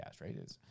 right